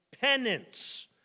penance